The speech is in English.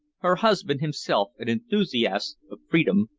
her husband, himself an enthusiast of freedom,